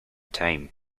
time